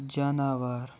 جاناوار